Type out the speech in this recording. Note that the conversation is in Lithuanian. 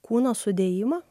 kūno sudėjimą